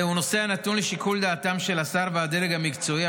זהו נושא הנתון לשיקול דעתם של השר והדרג המקצועי,